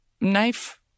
knife